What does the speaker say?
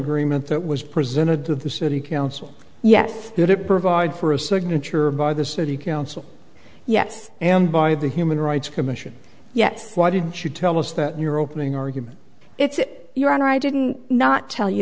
agreement that was presented to the city council yes did it provide for a signature by the city council yes and by the human rights commission yes why did she tell us that in your opening argument it's your honor i didn't not tell you